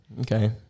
Okay